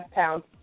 pounds